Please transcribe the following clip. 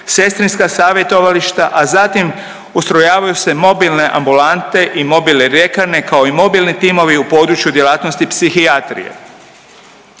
sestrinska savjetovališta, a zatim ustrojavaju se mobilne ambulante i mobilne ljekarne kao i mobilni timovi u području djelatnosti psihijatrije.